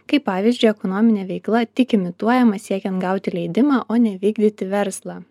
kaip pavyzdžiui ekonominė veikla tik imituojama siekiant gauti leidimą o ne vykdyti verslą